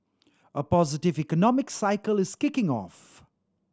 a positive economic cycle is kicking off